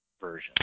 version